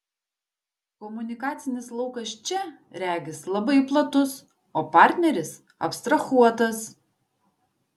komunikacinis laukas čia regis labai platus o partneris abstrahuotas